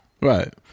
Right